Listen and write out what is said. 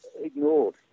ignored